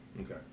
Okay